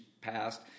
passed